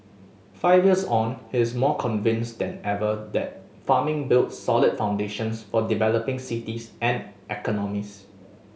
five years on he is more convinced than ever that farming builds solid foundations for developing cities and economies